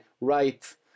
right